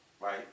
right